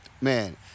Man